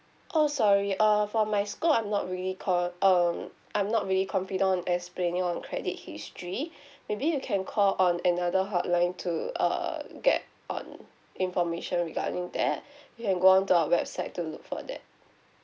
oh sorry uh for my scope I'm not really co~ um I'm not really confident on explaining on credit history maybe you can call on another hotline to uh get on information regarding that you can go on to our website to look for that